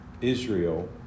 Israel